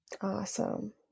Awesome